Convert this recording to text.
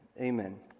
Amen